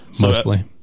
mostly